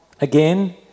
again